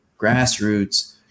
grassroots